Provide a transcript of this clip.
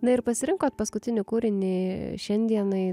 na ir pasirinkot paskutinį kūrinį šiandienai